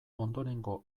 ondorengo